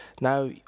now